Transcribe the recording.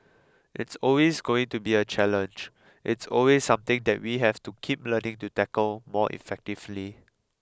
it's always going to be a challenge it's always something that we have to keep learning to tackle more effectively